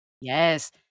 Yes